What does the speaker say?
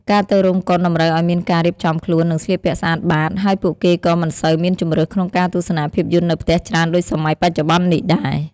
ការទៅរោងកុនតម្រូវឲ្យមានការរៀបចំខ្លួន និងស្លៀកពាក់ស្អាតបាត ហើយពួកគេក៏មិនសូវមានជម្រើសក្នុងការទស្សនាភាពយន្តនៅផ្ទះច្រើនដូចសម័យបច្ចុប្បន្ននេះដែរ។